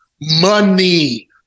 money